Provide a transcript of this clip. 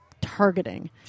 targeting